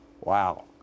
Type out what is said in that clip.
Wow